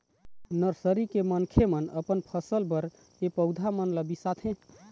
nursery के मनखे मन अपन फसल बर ए पउधा मन ल बिसाथे